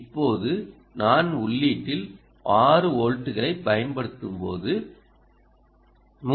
இப்போது நான் உள்ளீட்டில் 6 வோல்ட்களைப் பயன்படுத்தும்போது 3